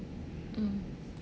mm